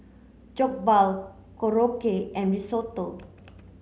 Jokbal Korokke and Risotto